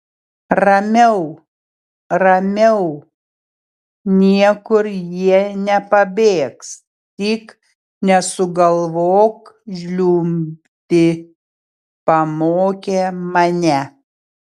ramiau ramiau niekur jie nepabėgs tik nesugalvok žliumbti pamokė mane